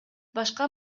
башка